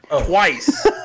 twice